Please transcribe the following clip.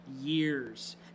years